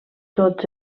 tots